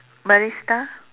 barista